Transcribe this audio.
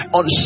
on